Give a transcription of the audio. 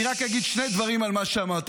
אני אגיד רק שני דברים על מה שאמרת.